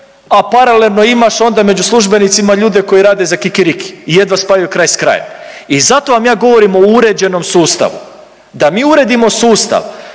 a paralelno imaš onda među službenicima ljude koji rade za kikiriki i jedva spajaju kraj s krajem i zato vam ja govorim o uređenom sustavu. Da mi uredimo sustav